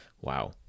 wow